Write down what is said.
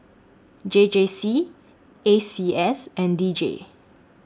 J J C A C S and D J